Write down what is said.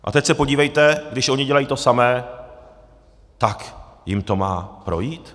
A teď se podívejte, když oni dělají to samé, tak jim to má projít?